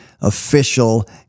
official